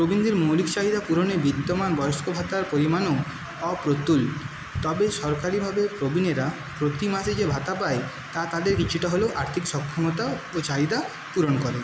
প্রবীণদের মৌলিক চাহিদা পূরণে বিদ্যমান বয়স্ক ভাতার পরিমাণও অপ্রতুল তবে সরকারিভাবে প্রবীণেরা প্রতি মাসে যে ভাতা পায় তা তাঁদের কিছুটা হলেও আর্থিক সক্ষমতা ও চাহিদা পূরণ